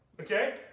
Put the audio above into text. Okay